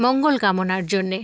মঙ্গল কামনার জন্যে